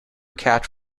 catch